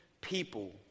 people